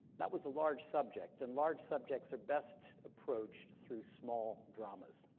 that was a large subject, and large subjects are best approached through small dramas.